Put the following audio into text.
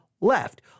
left